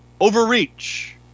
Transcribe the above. overreach